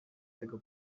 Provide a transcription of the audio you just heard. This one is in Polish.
tego